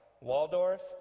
Waldorf